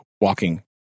walking